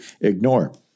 ignore